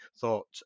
thought